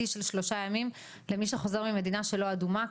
של שלושה ימים למי שחוזר ממדינה שלא אדומה,